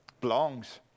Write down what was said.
belongs